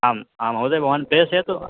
आं महोदय भवान् प्रेषयतु